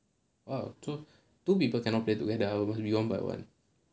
oh two two people cannot play together ah must be one by one